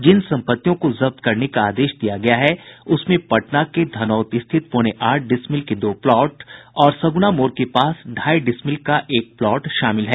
जिन सम्पत्तियों को जब्त करने का आदेश दिया गया है उसमें पटना के धनौत स्थित पौने आठ डिसमिल के दो प्लॉट और सगुना मोड़ के पास ढ़ाई डिसमिल का एक प्लॉट शामिल है